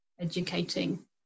educating